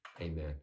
amen